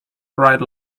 right